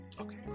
Okay